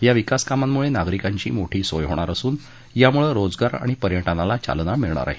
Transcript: या विकास कामामुळे नागरिकांची मोठी सोय होणार असून यामुळे रोजगार आणि पर्यटनाला चालना मिळणार आहे